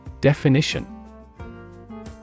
Definition